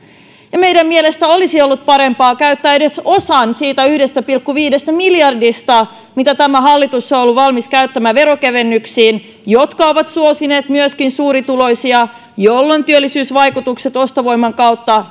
meidän mielestämme olisi ollut parempi käyttää edes osa siitä yhdestä pilkku viidestä miljardista mitä tämä hallitus on on ollut valmis käyttämään veronkevennyksiin jotka ovat suosineet myöskin suurituloisia jolloin työllisyysvaikutukset ostovoiman kautta